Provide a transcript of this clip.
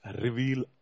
reveal